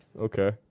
okay